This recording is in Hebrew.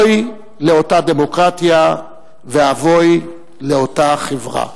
אוי לאותה דמוקרטיה ואבוי לאותה חברה.